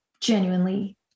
genuinely